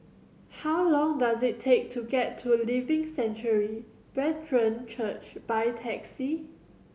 how long does it take to get to Living Sanctuary Brethren Church by taxi